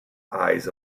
eyes